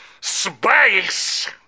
Space